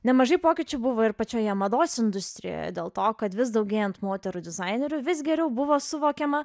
nemažai pokyčių buvo ir pačioje mados industrijoje dėl to kad vis daugėjant moterų dizainerių vis geriau buvo suvokiama